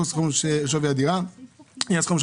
זה סדר גודל של 142 הסתייגויות.